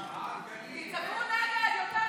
תצעקו "נגד" יותר חזק.